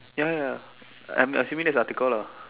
ya ya ya I am assuming that's the article lah